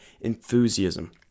enthusiasm